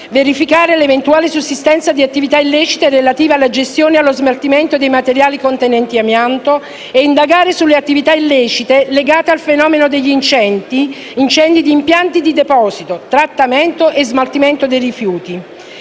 verificare l'eventuale sussistenza di attività illecite relative alla gestione e allo smaltimento dei materiali contenenti amianto; indagare sulle attività illecite legate al fenomeno degli incendi di impianti di deposito, trattamento e smaltimento dei rifiuti.